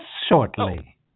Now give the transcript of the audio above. shortly